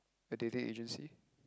a dating agency